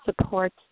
support